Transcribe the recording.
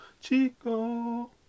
Chico